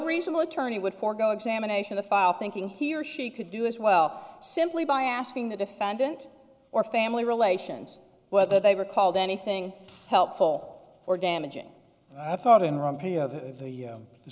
reasonable attorney would forego examination the file thinking he or she could do as well simply by asking the defendant or family relations whether they were called anything helpful or damaging i thought in